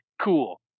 cool